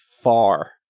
far